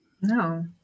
No